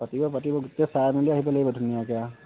পাতিব পাতিব গোটেই চাই মেলি আহিব লাগিব ধুনীয়াকৈ আৰু